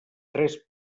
tres